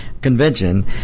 convention